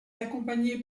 accompagné